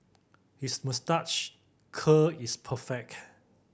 his moustache curl is perfect